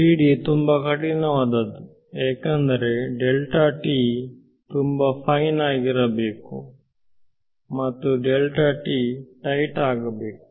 3D ತುಂಬಾ ಕಠಿಣವಾದದ್ದು ಏಕೆಂದರೆ ತುಂಬಾ ಫೈನ್ ಆಗಿರಬೇಕು ಮತ್ತು ಟೈಟ್ ಆಗಬೇಕು